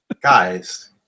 guys